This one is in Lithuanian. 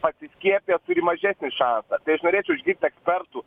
pasiskiepiję turi mažesnį šansą tai aš norėčiau išgirst ekspertų